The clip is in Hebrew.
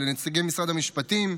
לנציגי משרד המשפטים,